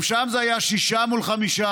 גם שם זה היה שישה מול חמישה,